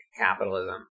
capitalism